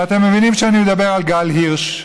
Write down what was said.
ואתם מבינים שאני מדבר על גל הירש,